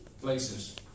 places